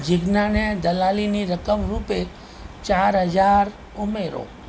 જીજ્ઞાને દલાલીની રકમ રૂપે ચાર હજાર ઉમેરો